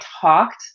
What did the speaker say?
talked